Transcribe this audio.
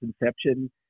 inception